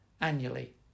annually